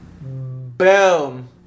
Boom